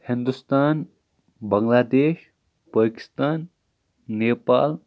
Hindustan Bangladesh Pakistan Nepal